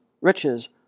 riches